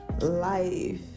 life